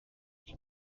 call